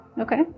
Okay